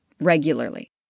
regularly